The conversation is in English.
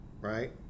right